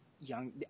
young